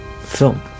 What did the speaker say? film